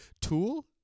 Tool